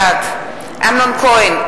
בעד אמנון כהן,